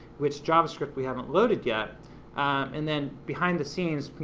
which javascript we haven't loaded yet and then behind the scenes,